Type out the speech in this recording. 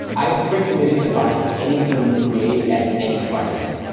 i've pre-committed to buying anything you create at any price.